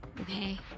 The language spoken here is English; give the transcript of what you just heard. okay